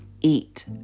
Eat